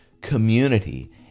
community